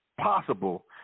possible